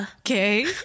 Okay